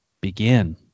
begin